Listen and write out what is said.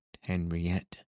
Henriette